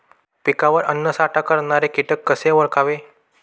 पिकावर अन्नसाठा करणारे किटक कसे ओळखावे?